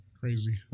Crazy